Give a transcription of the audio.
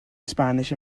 spanish